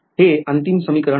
हे अंतिम समीकरण आहे